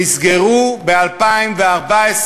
נסגרו ב-2014,